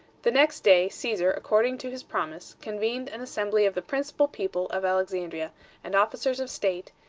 the next day, caesar, according to his promise, convened an assembly of the principal people of alexandria and officers of state,